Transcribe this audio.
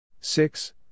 six